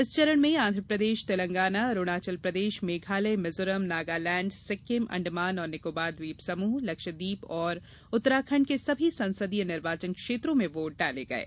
इस चरण में आंध्र प्रदेश तेलंगाना अरूणाचल प्रदेश मेघालय मिजोरम नागालेंड सिक्किम अंडमान और निकोबार ट्वीप समूह लक्षदीप और उत्तराखंड के सभी संसदीय निर्वाचन क्षेत्रों में वोट डाले गये